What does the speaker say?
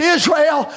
Israel